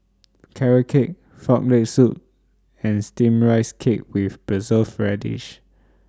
Carrot Cake Frog Leg Soup and Steamed Rice Cake with Preserved Radish